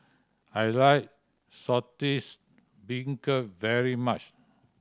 I like Saltish Beancurd very much